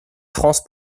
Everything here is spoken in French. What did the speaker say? france